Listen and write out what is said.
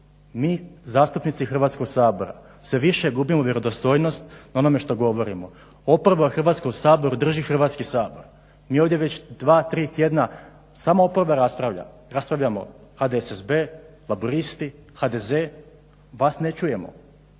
Mi zastupnici Hrvatskog sabora sve više gubimo vjerodostojnost na onome što govorimo. Oporba u Hrvatskom saboru drži Hrvatski sabor. Mi ovdje već dva, tri tjedna samo oporba raspravlja, raspravljamo HDSSB, Laburisti, HDZ. Vas ne čujemo.